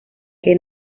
que